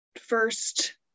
first